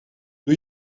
doe